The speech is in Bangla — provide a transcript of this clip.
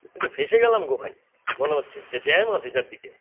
আমি তো ফেঁসে গেলাম গো ভাই মনে হচ্ছে যা জ্যাম আছে চারদিকে